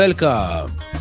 Welcome